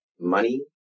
money